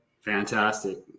fantastic